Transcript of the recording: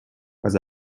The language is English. was